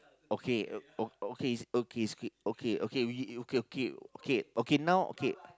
okay uh okay is okay is okay okay okay okay okay okay now okay